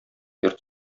йорт